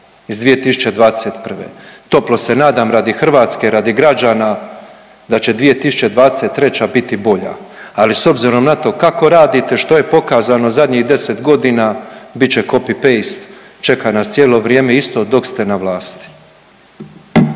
iz 2021. Toplo se nadam radi Hrvatske, radi građana da će 2023. biti bolja, ali s obzirom na to kako radite, što je pokazano zadnjih 10 godina, bit će copy-paste, čeka nas cijelo vrijeme isto dok ste na vlasti.